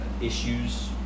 issues